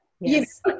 Yes